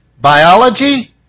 biology